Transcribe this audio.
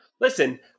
Listen